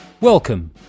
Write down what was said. Welcome